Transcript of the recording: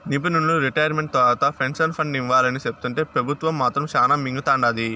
నిపునులు రిటైర్మెంట్ తర్వాత pension fund ఇవ్వాలని సెప్తుంటే పెబుత్వం మాత్రం శానా మింగతండాది